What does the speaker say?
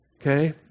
Okay